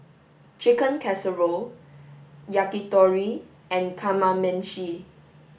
chicken casserole yakitori and kamameshi